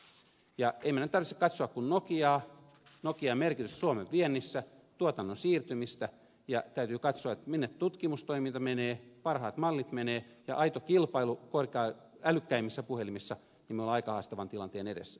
ei meidän tarvitse katsoa kuin nokiaa nokian merkitystä suomen viennissä tuotannon siirtymistä ja täytyy katsoa minne tutkimustoiminta menee parhaat mallit menevät ja kun on aito kilpailu älykkäimmissä puhelimissa niin me olemme aika haastavan tilanteen edessä